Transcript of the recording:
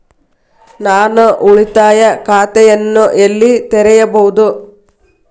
ನಾನು ಉಳಿತಾಯ ಖಾತೆಯನ್ನು ಎಲ್ಲಿ ತೆರೆಯಬಹುದು?